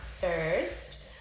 First